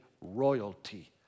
royalty